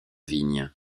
vigne